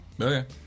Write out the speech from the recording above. Okay